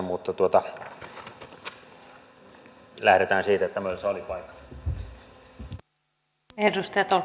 mutta lähdetään siitä että mölsä oli paikalla